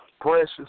precious